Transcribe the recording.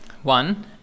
One